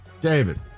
David